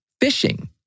fishing